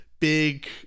big